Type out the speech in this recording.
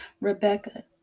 Rebecca